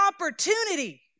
opportunity